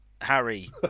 Harry